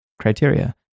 criteria